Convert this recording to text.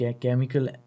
chemical